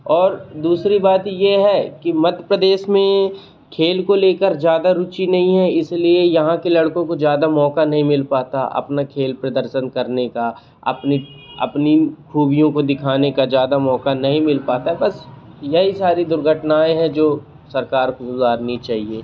और दूसरी बात ये है कि मध्य प्रदेश में खेल को ले कर ज़्यादा रुचि नहीं है इस लिए यहाँ के लड़कों को ज़्यादा मौक़ा नहीं मिल पाता अपना खेल प्रदर्शन करने का अपनी अपनी ख़ूबियों को दिखाने का ज़्यादा मौक़ा नहीं मिल पाता बस यही सारी दुर्घटनाएँ हैं जो सरकार को सुधारनी चाहिए